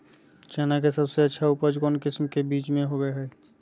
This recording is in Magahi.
चना के सबसे अच्छा उपज कौन किस्म के बीच में होबो हय?